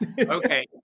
Okay